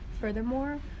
furthermore